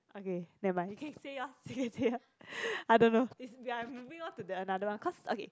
okay never mind you can say yours say yours I don't know ya we are moving on to the another one cause okay